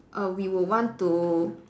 err we would want to